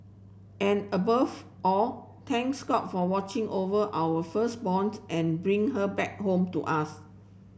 and above all thanks God for watching over our and bring her back home to us